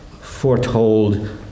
foretold